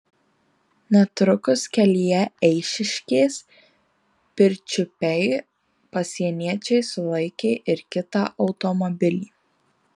netrukus kelyje eišiškės pirčiupiai pasieniečiai sulaikė ir kitą automobilį